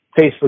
Facebook